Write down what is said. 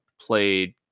played